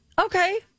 Okay